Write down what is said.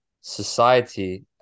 society